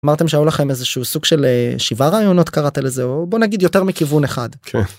אמרתם שהיו לכם איזה שהוא סוג של שבעה רעיונות קראת לזה? או בוא נגיד יותר מכיוון אחד.